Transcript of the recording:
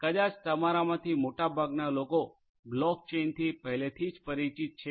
કદાચ તમારામાંથી મોટાભાગના લોકો બ્લોક ચેઇનથી પહેલેથી જ પરિચિત છે